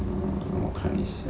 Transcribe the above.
我看一下